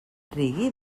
reggae